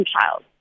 child